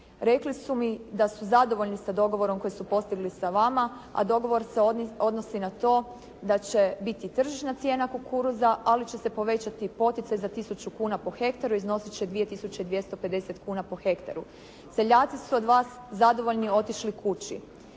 Rekli su mi da su zadovoljni sa dogovorom koji su postigli sa vama, a dogovor se odnosi na to da će biti tržišna cijena kukuruza, ali će se povećati poticaj za tisuću kuna po hektaru, iznositi će 2 250 kuna po hektaru. Seljaci su od vas zadovoljni otišli kući,